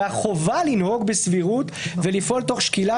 מהחובה לנהוג בסבירות ולפעול תוך שקילה